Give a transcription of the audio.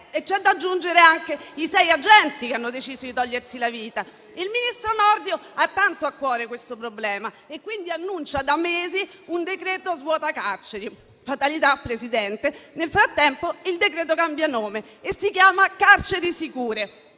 a cui vanno aggiunti anche i sei agenti che hanno deciso di togliersi la vita. Il ministro Nordio ha tanto a cuore questo problema e quindi annuncia da mesi un decreto svuota carceri. Fatalità, signora Presidente, nel frattempo il decreto-legge cambia nome e prende quello di carceri sicure.